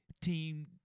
team